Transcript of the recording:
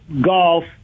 golf